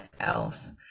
else